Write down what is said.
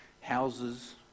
houses